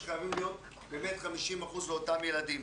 שחייבים להיות 50% לאותם ילדים.